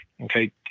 Okay